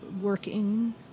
working